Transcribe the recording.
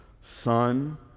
son